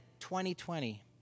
2020